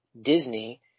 Disney